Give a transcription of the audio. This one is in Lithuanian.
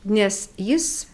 nes jis